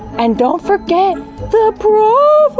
and don't forget the prophecy!